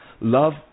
Love